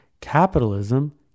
capitalism